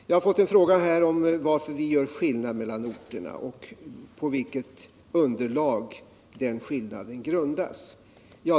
Jag har fått en fråga om varför vi gör skillnad mellan orterna och på vilket underlag den skillnaden grundas.